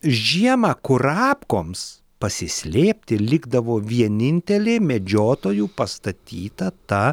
žiemą kurapkoms pasislėpti likdavo vienintelė medžiotojų pastatyta ta